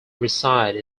reside